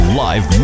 live